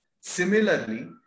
Similarly